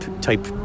type